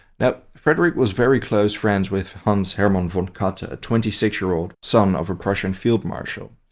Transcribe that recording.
now, frederick was very close friends with hans hermann von katte, a twenty six year old son of a prussian field marshal.